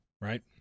right